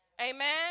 Amen